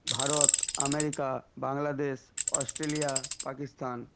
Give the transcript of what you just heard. Bharat America Bangladesh Australia Pakistan